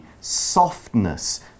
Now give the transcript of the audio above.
softness